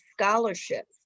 scholarships